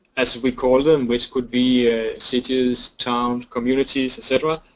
as we call them, which could be cities, towns, communities, etc.